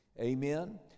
Amen